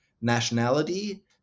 nationality